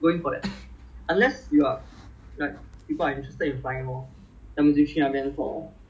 !aiya! Singapore is too small lah 你你想一下 like 因为你的你的 jet plane you fly so fast right